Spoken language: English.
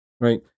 right